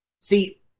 See